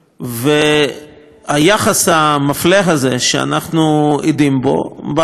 והיחס המפלה הזה שאנחנו עדים לו בהחלטה הזאת,